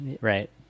right